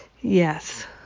Yes